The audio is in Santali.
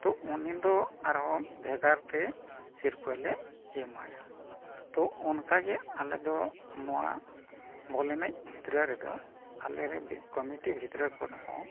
ᱛᱳ ᱩᱱᱤᱫᱚ ᱟᱨᱦᱚᱸ ᱵᱷᱮᱜᱟᱨ ᱛᱮ ᱥᱤᱨᱯᱟᱹᱞᱮ ᱮᱢᱟᱭᱟ ᱛᱳ ᱚᱱᱠᱟᱜᱮ ᱟᱞᱮᱫᱚ ᱱᱚᱣᱟ ᱵᱚᱞ ᱮᱱᱮᱡ ᱵᱷᱤᱛᱨᱤ ᱨᱮᱫᱚ ᱟᱞᱮ ᱨᱮᱱ ᱵᱷᱤᱛᱨᱤ ᱠᱷᱚᱱ ᱦᱚᱸ